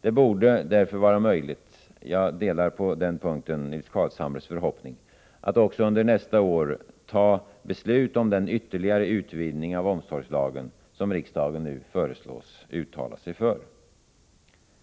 Det borde därför vara möjligt — jag delar på den punkten Nils Carlshamres förhoppning — att också under nästa år fatta beslut om den ytterligare utvidgning av omsorgslagen som riksdagen nu föreslås uttala sig för.